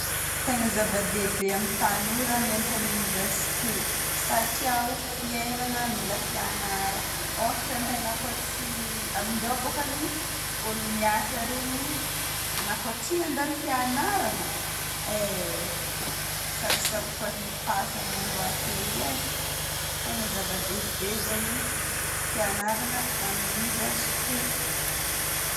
Tegna zava-dehibe amin'ny tanora mianatra amin'ny université satria fiainana mila fianara, ôhatra ka ianao koa tsy- amin'izao bokany olo miasa regny, anao koa tsy nandalo fiagnarana, eh sarotsarotro hahita asa amin'andro anke i e. Tegna zava-dehibe zegny ny fiagnarana amin'ny université.